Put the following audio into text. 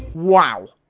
wow!